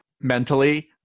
mentally